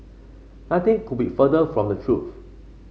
nothing could be further from the truth